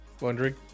Wondering